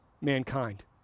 mankind